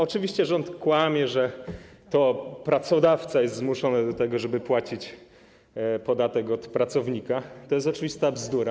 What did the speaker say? Oczywiście rząd kłamie, że to pracodawca jest zmuszony do tego, żeby płacić podatek od pracownika, to jest oczywista bzdura.